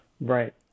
Right